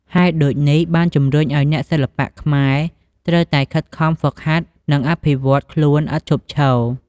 ហេតុដូចនេះបានជំរុញឱ្យអ្នកសិល្បៈខ្មែរត្រូវតែខិតខំហ្វឹកហាត់ និងអភិវឌ្ឍខ្លួនឥតឈប់ឈរ។